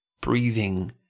breathing